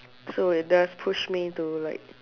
so it does push me to like